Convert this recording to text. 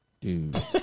dude